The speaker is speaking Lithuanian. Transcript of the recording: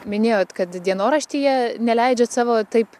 minėjot kad dienoraštyje neleidžiat savo taip